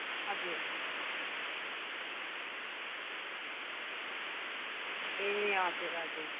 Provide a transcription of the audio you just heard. हजुर ए हजुर हजुर